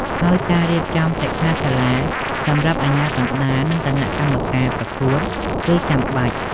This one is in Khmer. ហើយការរៀបចំសិក្ខាសាលាសម្រាប់អាជ្ញាកណ្ដាល និងគណៈកម្មការប្រកួតគឺចាំបាច់។